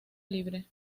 libre